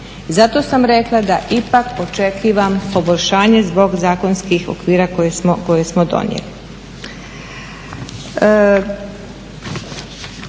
zato sam rekla da ipak očekujem poboljšanje zbog zakonskih okvira koje smo donijeli.